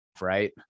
right